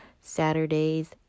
Saturdays